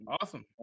Awesome